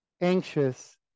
anxious